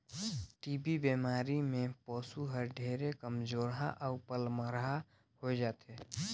TB बेमारी में पसु हर ढेरे कमजोरहा अउ पलमरहा होय जाथे